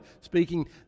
speaking